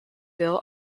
bill